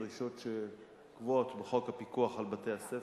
דרישות שקבועות בחוק הפיקוח על בתי-הספר,